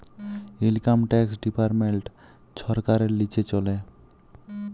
income tax department ছরকারের লিচে চলে